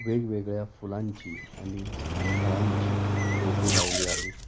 वेगवेगळ्या फुलांची आणि फळांची रोपे लावली आहेत